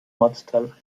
ortsteil